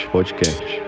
Podcast